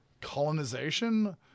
Colonization